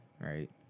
right